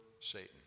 Satan